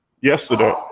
yesterday